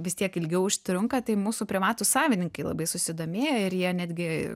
vis tiek ilgiau užtrunka tai mūsų privatūs savininkai labai susidomėjo ir jie netgi